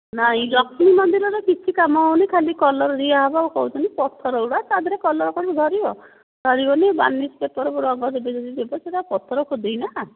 ନାଇଁ ଲକ୍ଷ୍ମୀ ମନ୍ଦିରର କିଛି କାମ ହେଉନି ଖାଲି କଲର ଦିଆ ହେବ କହୁଛନ୍ତି ପଥର ଗୁଡ଼ା ତାଦିହରେ କଲର କ'ଣ ଧରିବ ଧରିବନି ବାର୍ଣ୍ଣିସ ପେପର କୁ ରଙ୍ଗ ଦେବେ ଯଦି ଦେବେ ସେହିଟା ପଥର ଖୁଦେଇ ନା